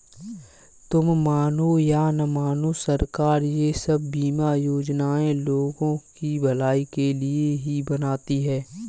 तुम मानो या न मानो, सरकार ये सब बीमा योजनाएं लोगों की भलाई के लिए ही बनाती है